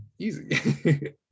Easy